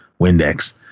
Windex